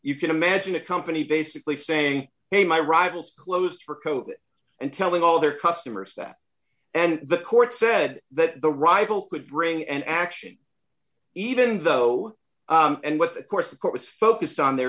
you can magic company basically saying hey my rivals closed for coke and telling all their customers that and the court said that the rifle could bring an action even though and what the course of course focused on there